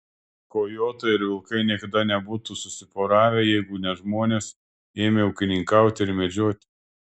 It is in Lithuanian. kojotai ir vilkai niekada nebūtų susiporavę jeigu ne žmonės ėmę ūkininkauti ir medžioti